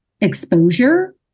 exposure